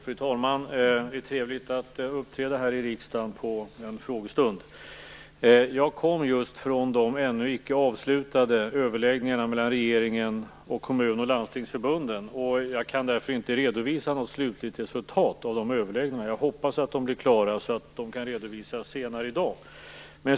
Fru talman! Det är trevligt att uppträda här i riksdagen vid en frågestund. Jag kommer just från de ännu icke avslutade överläggningarna mellan regeringen och kommunoch landstingsförbunden, och jag kan därför inte redovisa något slutligt resultat av de överläggningarna. Jag hoppas att de blir klara så att det kan redovisas senare i dag.